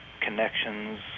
connections